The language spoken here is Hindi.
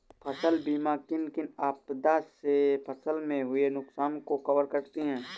फसल बीमा किन किन आपदा से फसल में हुए नुकसान को कवर करती है